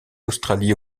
australie